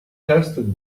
tested